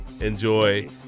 Enjoy